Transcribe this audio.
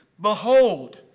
Behold